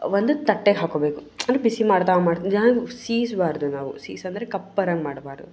ಒಂದು ತಟ್ಟೆಗೆ ಹಾಕ್ಕೋಬೇಕು ಅಂದರೆ ಬಿಸಿ ಮಾಡ್ತಾ ಮಾಡ್ತಾ ಅಂದರೆ ಸೀಸ್ಬಾರದು ನಾವು ಸೀಯ್ಸು ಅಂದರೆ ಕಪ್ಪು ಬರೋಂಗೆ ಮಾಡಬಾರ್ದು